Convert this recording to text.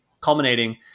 culminating